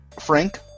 Frank